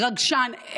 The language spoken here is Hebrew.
רגשן.